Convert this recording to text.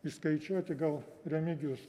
išskaičiuoti gal remigijus